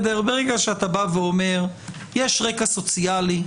ברגע שאתה אומר שיש רקע סוציאלי,